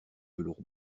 velours